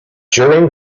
during